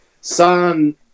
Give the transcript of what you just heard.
son